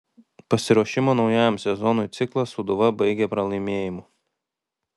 pasiruošimo naujajam sezonui ciklą sūduva baigė pralaimėjimu